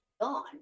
gone